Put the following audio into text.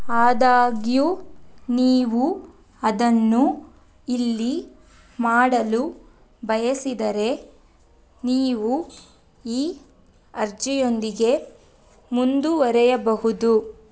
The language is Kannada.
ಆದಾಗ್ಯೂ ನೀವು ಅದನ್ನು ಇಲ್ಲಿ ಮಾಡಲು ಬಯಸಿದರೆ ನೀವು ಈ ಅರ್ಜಿಯೊಂದಿಗೆ ಮುಂದುವರೆಯಬಹುದು